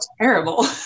terrible